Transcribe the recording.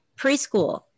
preschool